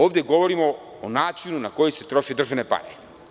Ovde govorimo o načinu na koji se troše državne pare.